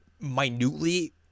minutely